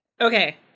Okay